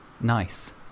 Nice